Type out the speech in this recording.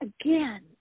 again